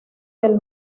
del